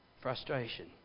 frustration